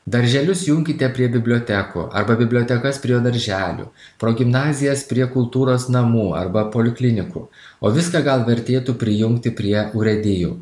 darželius junkite prie bibliotekų arba bibliotekas prie darželių progimnazijas prie kultūros namų arba poliklinikų o viską gal vertėtų prijungti prie urėdijų